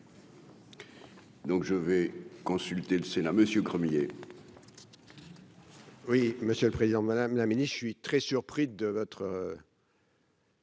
Donc je vais consulter le Sénat monsieur Gremillet.